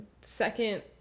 second